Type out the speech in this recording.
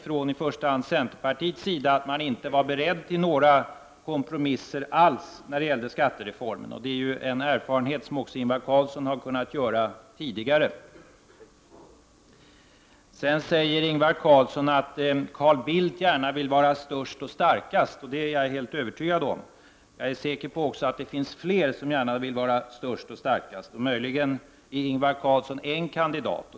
Från i första hand centerpartiet konstaterades att man inte var beredd att alls göra några kompromisser om innehållet i skattereformen. Det är en erfarenhet som också Ingvar Carlsson har kunnat göra tidigare. Sedan säger Ingvar Carlsson att Carl Bildt gärna vill vara störst och starkast, och det är jag helt övertygad om att han vill vara. Jag är också säker på att det är fler som vill vara det. Möjligen är Ingvar Carlsson en sådan kandidat.